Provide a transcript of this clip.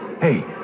Hey